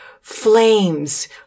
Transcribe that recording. flames